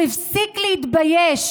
הוא הפסיק להתבייש.